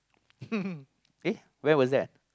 eh where was that